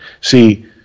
See